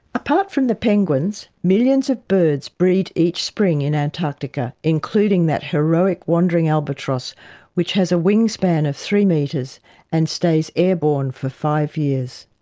apart from the penguins, millions of birds breed each spring in antarctica, including that heroic wandering albatross which has a wingspan of three metres and stays airborne for five years.